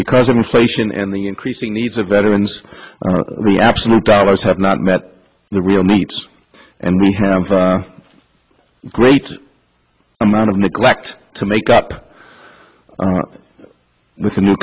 because of inflation and the increasing needs of veterans the absolute dollars have not met the real needs and we have a great amount of neglect to make up with a new